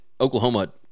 Oklahoma